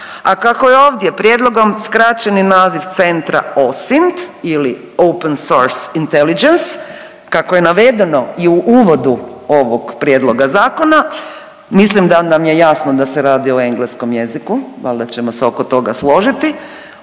a kako je ovdje prijedlogom skraćeni naziv centra OSINT ili Open-source intelligence, kako je navedeno i u uvodu ovog prijedloga zakona, mislim da nam je jasno da se radi o engleskom jeziku, valjda ćemo se oko toga složiti,